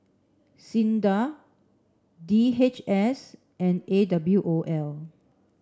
SINDA D H S and A W O L